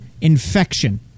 infection